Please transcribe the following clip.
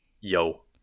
Yo